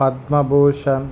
Padma Bhushan